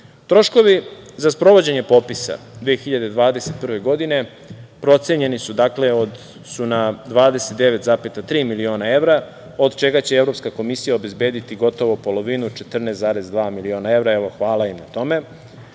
napredak. Troškovi za sprovođenje popisa 2021. godine procenjeni su na 29,3 miliona evra, od čega će Evropska komisija obezbediti gotovo polovinu, 14,2 miliona evra. Hvala im na